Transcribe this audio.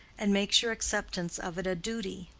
and makes your acceptance of it a duty.